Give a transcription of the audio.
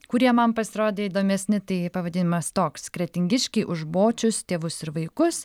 kurie man pasirodė įdomesni tai pavadinimas toks kretingiškiai už bočius tėvus ir vaikus